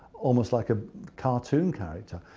almost like a cartoon character.